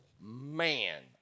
man